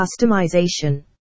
customization